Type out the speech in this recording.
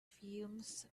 fumes